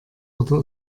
oder